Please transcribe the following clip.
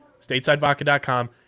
Statesidevodka.com